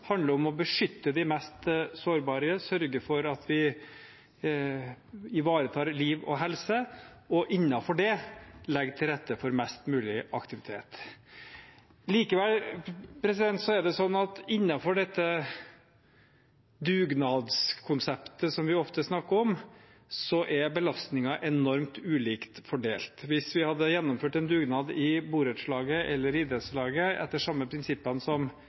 å beskytte de mest sårbare og sørge for at vi ivaretar liv og helse og innenfor det legger til rette for mest mulig aktivitet. Likevel er det sånn at innenfor dette dugnadskonseptet som vi ofte snakker om, er belastningen enormt ulikt fordelt. Hvis vi hadde gjennomført en dugnad i borettslaget eller i idrettslaget etter de samme prinsippene som